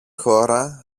χώρα